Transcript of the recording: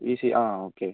T C ആ okay